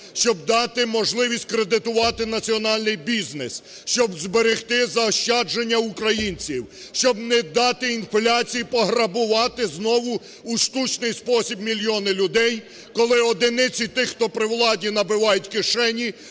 щоб дати можливість кредитувати національний бізнес, щоб зберегти заощадження українців, щоб не дати інфляції пограбувати знову у штучний спосіб мільйони людей, коли одиниці тих, хто при владі набивають кишені